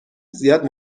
زیاد